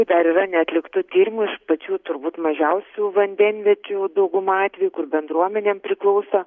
dar yra neatliktų tyrimų iš pačių turbūt mažiausių vandenviečių dauguma atvejų kur bendruomenėm priklauso